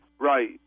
Right